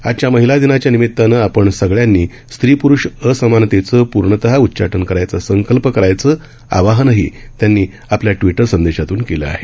आजच्या महिला दिनाच्या निमीतानं आपण सगळ्यांनी स्त्री प्रुष असमानतेचं पूर्णतः उच्चाटन करायचा संकल्प करायचं आवाहनही त्यांनी आपल्या ट्विटर संदेशातून केलं आहे